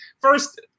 first